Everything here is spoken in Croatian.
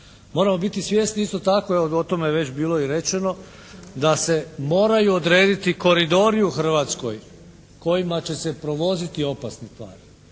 Moramo biti svjesni isto tako, ovdje je o tome već bilo rečeno, da se moraju odrediti koridori u Hrvatskoj kojima će se provoziti opasne tvari